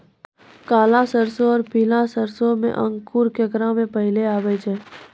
काला सरसो और पीला सरसो मे अंकुर केकरा मे पहले आबै छै?